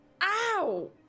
Ow